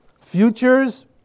Futures